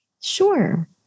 sure